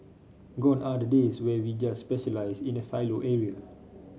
gone are the days where we just specialise in a silo area